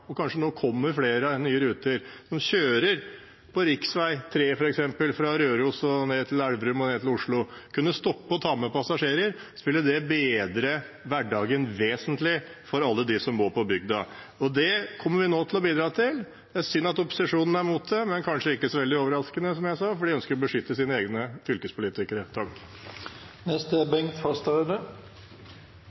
og kanskje det nå kommer flere nye ruter – på rv. 3, f.eks. fra Røros til Elverum og ned til Oslo, kunne stoppet og tatt med passasjerer, ville det bedret hverdagen vesentlig for alle dem som bor på bygda. Det kommer vi nå til å bidra til. Det er synd at opposisjonen er imot det, men kanskje ikke så veldig overraskende – som jeg sa – for de ønsker å beskytte sine egne fylkespolitikere.